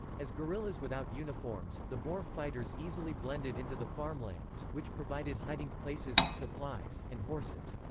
as guerrillas without uniforms, the boer fighters easily blended into the farmlands, which provided hiding places, supplies, and horses.